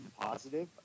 positive